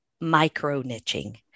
micro-niching